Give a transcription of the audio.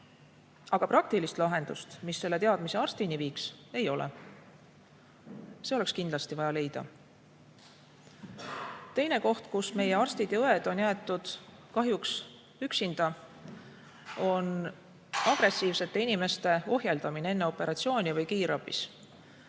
aga praktilist lahendust, mis selle teadmise arstini viiks, ei ole. See oleks kindlasti vaja leida. Teine koht, kus meie arstid ja õed on jäetud kahjuks üksinda, on agressiivsete inimeste ohjeldamine enne operatsiooni või kiirabis.